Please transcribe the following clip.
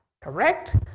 correct